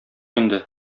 инде